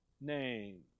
name